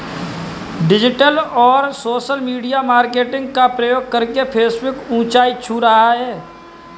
digital और social media marketing का प्रयोग करके फेसबुक ऊंचाई छू रहा है